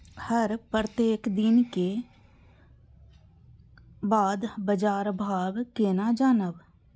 हम प्रत्येक दिन के बाद बाजार भाव केना जानब?